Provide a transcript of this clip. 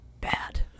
bad